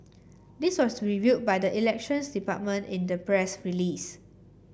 this was revealed by the Elections Department in a press release